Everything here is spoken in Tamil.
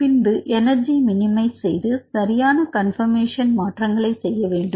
பின்பு எனர்ஜி மினிமைஸ் செய்து சரியான கன்பர்மேஷன் மாற்றங்களை செய்ய வேண்டும்